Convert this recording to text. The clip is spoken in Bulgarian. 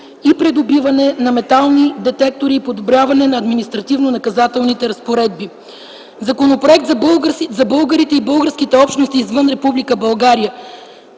и придобиване на метални детектори и подобряване на административнонаказателните разпоредби; – Законопроект за българите и българските общности извън